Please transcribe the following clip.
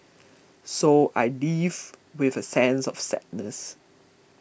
so I leave with a sense of sadness